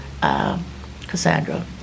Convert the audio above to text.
Cassandra